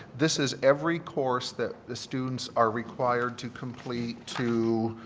this is every course that the students are required to complete to